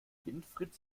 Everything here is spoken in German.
winfried